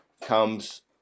comes